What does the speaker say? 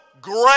great